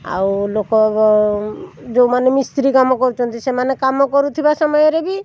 ଆଉ ଲୋକ ଯେଉଁମାନେ ମିସ୍ତ୍ରୀ କାମ କରୁଛନ୍ତି ସେମାନେ କାମ କରୁଥିବା ସମୟରେ ବି